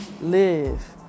Live